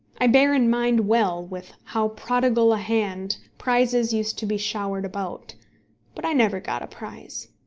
i bear in mind well with how prodigal a hand prizes used to be showered about but i never got a prize.